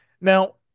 Now